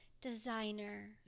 designer